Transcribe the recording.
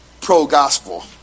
pro-gospel